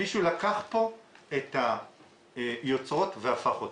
מישהו לקח את היוצרות והפך אותן.